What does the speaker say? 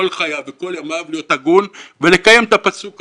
חייו וכל ימיו להיות הגון ולקיים את הפסוק הזה,